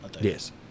Yes